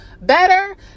better